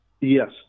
Yes